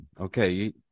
Okay